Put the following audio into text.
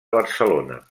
barcelona